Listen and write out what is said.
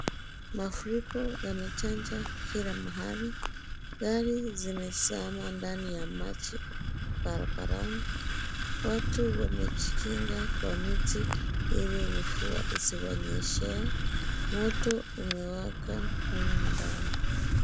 Mafuriko yamechanja kila mahali. Gari zimezama ndani ya maji barabarani. Watu wamejikinga kwa miti ili mvua isiwanyeshee. Moto umewaka humu ndani.